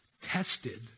tested